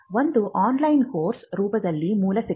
ಒಂದು online course ರೂಪದಲ್ಲಿ ಮೂಲ ಶಿಕ್ಷಣ